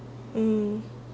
mm